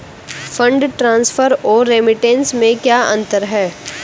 Fund transfer और remittance में क्या अंतर है?